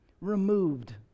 removed